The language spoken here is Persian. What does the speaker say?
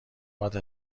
پات